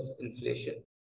inflation